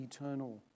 eternal